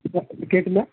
കേട്ടില്ല